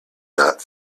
not